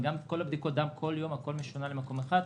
וגם כל בדיקות הדם בכל יום הכול משונע למקום אחד.